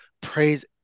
praise